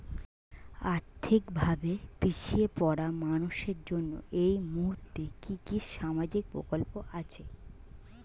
আর্থিক ভাবে পিছিয়ে পড়া মানুষের জন্য এই মুহূর্তে কি কি সামাজিক প্রকল্প আছে?